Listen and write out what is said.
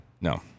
No